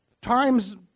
times